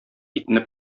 итне